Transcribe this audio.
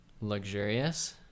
luxurious